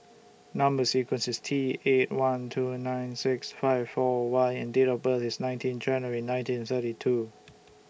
Number sequence IS T eight one two nine six five four Y and Date of birth IS nineteen January nineteen thirty two